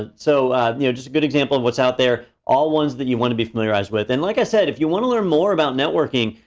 ah so you know just a good example of what's out there, all ones that you wanna be familiarized with. and like i said, if you wanna learn more about networking,